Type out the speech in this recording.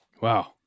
Wow